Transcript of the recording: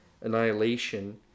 annihilation